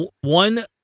one